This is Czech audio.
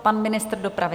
Pan ministr dopravy?